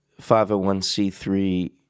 501c3